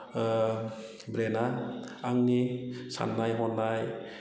ब्रेना आंनि साननाय हनाय